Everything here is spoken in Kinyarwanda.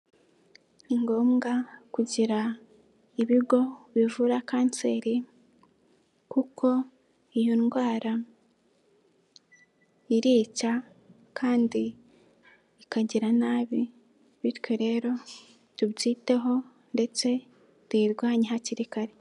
Ni ngombwa kugira ibigo bivura kanseri kuko iyo ndwara irica kandi ikagira nabi bityo rero tubyiteho ndetse tuyirwanye hakiri kare.